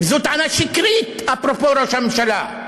זו טענה שקרית, אליבא דראש הממשלה,